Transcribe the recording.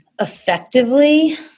Effectively